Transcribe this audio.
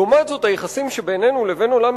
לעומת זאת היחסים שבינינו לבין עולם